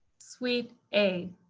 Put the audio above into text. suite a,